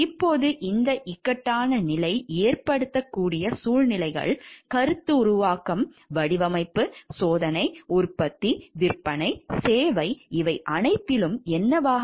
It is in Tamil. இப்போது இந்த இக்கட்டான நிலை ஏற்படக்கூடிய சூழ்நிலைகள் கருத்துருவாக்கம் வடிவமைப்பு சோதனை உற்பத்தி விற்பனை சேவை இவை அனைத்திலும் என்னவாக இருக்கும்